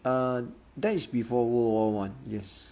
err that is before world war one yes